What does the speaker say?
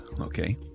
okay